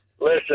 Listen